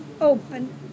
open